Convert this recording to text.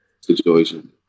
situation